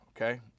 okay